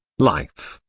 life,